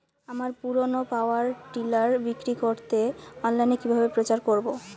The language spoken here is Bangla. আমার পুরনো পাওয়ার টিলার বিক্রি করাতে অনলাইনে কিভাবে প্রচার করব?